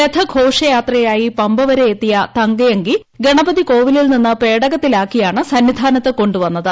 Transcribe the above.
രഥഘോഷയാത്രയായി പമ്പ വരെ എത്തിയ തങ്ക അങ്കി ഗണപതി കോവിലിൽ നിന്ന് പേടകത്തിലാക്കിയാണ് സന്നിധാനത്തു കൊണ്ടു വന്നത്